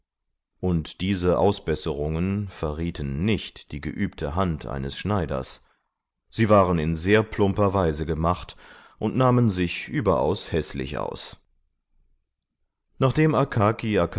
und diese ausbesserungen verrieten nicht die geübte hand eines schneiders sie waren in sehr plumper weise gemacht und nahmen sich überaus häßlich aus nachdem